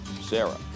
Sarah